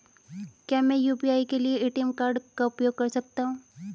क्या मैं यू.पी.आई के लिए ए.टी.एम कार्ड का उपयोग कर सकता हूँ?